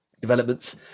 developments